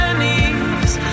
knees